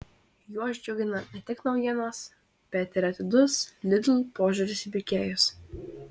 juos džiugina ne tik naujienos bet ir atidus lidl požiūris į pirkėjus